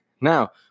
Now